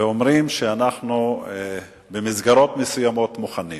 ואומרים שאנחנו במסגרות מסוימות מוכנים.